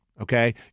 okay